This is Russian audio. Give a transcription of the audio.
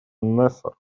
насер